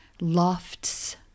lofts